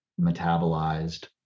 metabolized